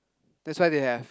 that's why they have